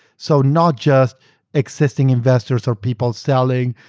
so, not just existing investors or people selling.